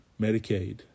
Medicaid